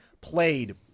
played